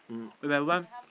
If I want